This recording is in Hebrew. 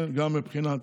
גם מבחינת